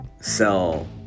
sell